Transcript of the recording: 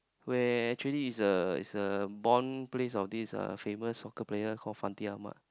where actually it's a it's a born place of this uh famous soccer player called Fandi-Ahmad